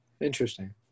Interesting